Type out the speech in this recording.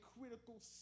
critical